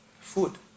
Food